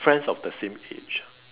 friends of the same age